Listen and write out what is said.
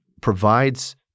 provides